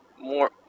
more